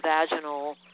vaginal